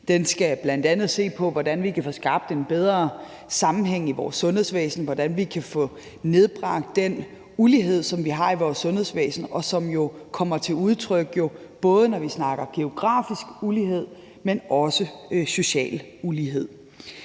Den skal bl.a. se på, hvordan vi kan få skabt en bedre sammenhæng i vores sundhedsvæsen, hvordan vi kan få nedbragt den ulighed, som vi har i vores sundhedsvæsen, og som jo kommer til udtryk, både når vi snakker om geografisk ulighed, men også om social ulighed.